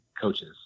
coaches